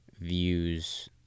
views